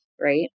right